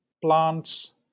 plants